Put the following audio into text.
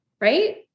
right